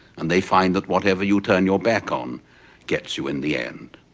and they find that whatever you turn your back on gets you in the end.